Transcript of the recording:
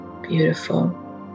beautiful